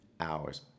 hours